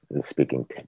speaking